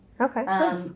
Okay